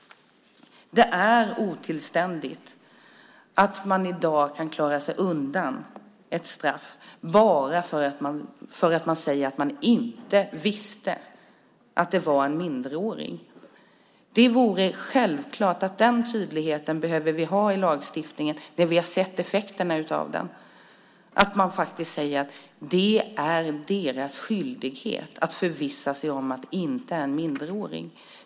Det är otillständigt att man i dag kan klara sig undan ett straff genom att säga att man inte visste att det var en minderårig. Vi har sett effekterna, och det är självklart att vi behöver den tydligheten i lagstiftningen som säger att man faktiskt har en skyldighet att förvissa sig om att det inte är en minderårig.